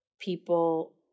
people